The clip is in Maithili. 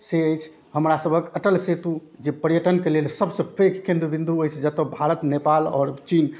से अछि हमरासबके अटल सेतु जे पर्यटनके लेल सबसँ पैघ केन्द्र बिन्दु अछि जतऽ भारत नेपाल आओर चीन